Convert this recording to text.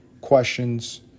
questions